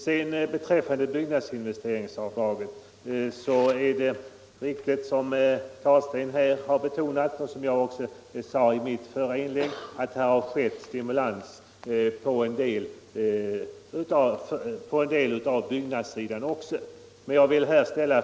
Som herr Carlstein betonade och som jag framhöll i mitt förra inlägg, har det vidtagits stimulansåtgärder inom delar av byggnadsområdet.